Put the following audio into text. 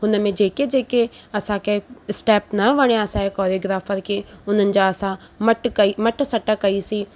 हुन में जेके जेके असांखे स्टेप न वणिया असांजे कोरियेग्राफर खे उन्हनि जा असां मट कई मट सट कईसीं